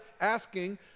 asking